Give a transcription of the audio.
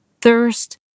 thirst